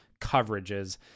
coverages